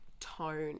tone